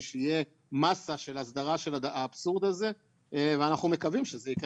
שתהיה מסה של הסדרה של האבסורד הזה ואנחנו מקווים שזה יקרה